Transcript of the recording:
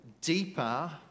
deeper